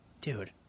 Dude